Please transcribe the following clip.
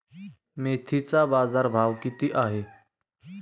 मेथीचा बाजारभाव किती आहे?